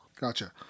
Gotcha